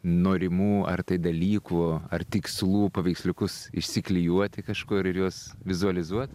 norimų ar tai dalykų ar tikslų paveiksliukus įsiklijuoti kažkur ir juos vizualizuot